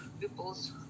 people's